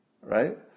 right